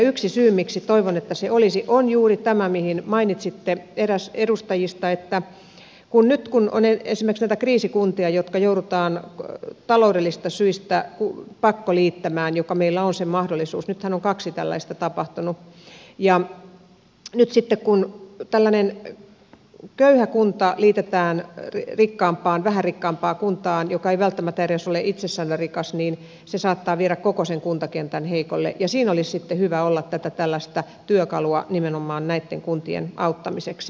yksi syy miksi toivon että se olisi on juuri tämä minkä eräs edustajista mainitsi että nyt kun on esimerkiksi näitä kriisikuntia jotka joudutaan taloudellisista syistä pakkoliittämään mikä mahdollisuus meillä on nythän on kaksi tällaista tapahtunut ja kun tällainen köyhä kunta liitetään vähän rikkaampaan kuntaan joka ei välttämättä edes ole itsestäänselvästi rikas niin se saattaa viedä koko sen kuntakentän heikolle ja siinä olisi sitten hyvä olla tätä tällaista työkalua nimenomaan näitten kuntien auttamiseksi